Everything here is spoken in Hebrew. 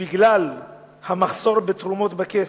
בגלל המחסור בתרומות בכסף,